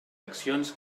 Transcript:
accions